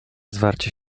zwarcie